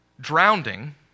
drowning